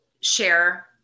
share